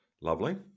Lovely